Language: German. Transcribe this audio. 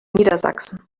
niedersachsen